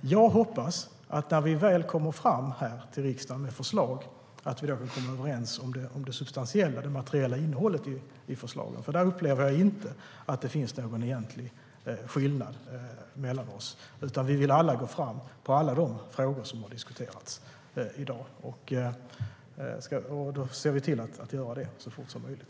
Jag hoppas att vi, när vi väl kommer fram till riksdagen med förslag, kommer överens om det substantiella, det materiella innehållet i förslagen. Där upplever jag inte att det finns någon egentlig skillnad mellan oss. Vi vill alla gå fram med alla de frågor som har diskuterats i dag, och då ser vi till att göra det så fort som möjligt.